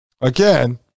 Again